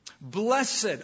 blessed